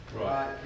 Right